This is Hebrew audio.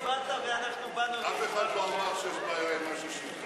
אף אחד לא אמר שיש בעיה עם מה ששטרית אמר,